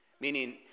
meaning